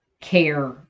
care